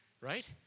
right